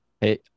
Hey